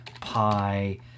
Pi